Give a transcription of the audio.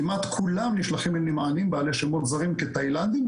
כמעט כולם נשלחים אל נמענים בעלי שמות זרים כתאילנדים,